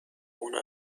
اونو